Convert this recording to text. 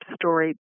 story